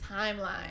timeline